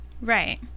Right